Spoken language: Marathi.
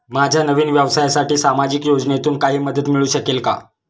माझ्या नवीन व्यवसायासाठी सामाजिक योजनेतून काही मदत मिळू शकेल का?